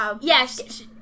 yes